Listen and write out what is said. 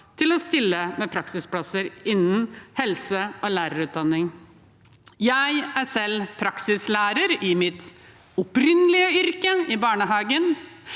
til å stille med praksisplasser innen helse- og lærerutdanning. Jeg er selv praksislærer i mitt opprinnelige yrke, i barnehagen.